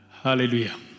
Hallelujah